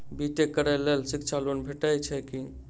B tech करै लेल शिक्षा लोन भेटय छै की?